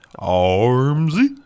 Armsy